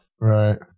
Right